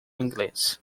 inglês